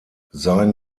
sein